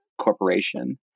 corporation